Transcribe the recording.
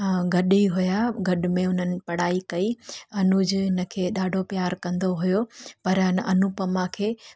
गॾ ई हुया गॾ में हुननि पढ़ाई कई अनुज हिनखे ॾाढो प्यार कंदो हुयो पर हिन अनुपमा खे